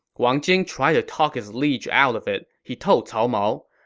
wang jing tried to talk his liege out of it. he told cao mao,